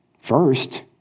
First